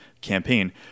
campaign